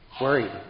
worried